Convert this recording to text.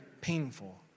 painful